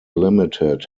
limited